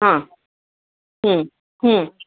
ہاں